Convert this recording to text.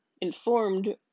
informed